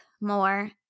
more